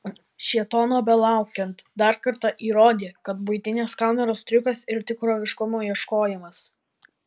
šėtono belaukiant dar kartą įrodė kad buitinės kameros triukas ir tikroviškumo ieškojimas